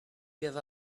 give